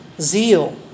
zeal